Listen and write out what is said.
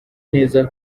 neza